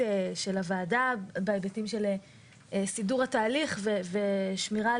של הוועדה בהיבטים של סידור התהליך ושמירה על